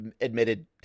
admitted